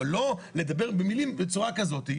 אבל לא לדבר במילים בצורה כזאת.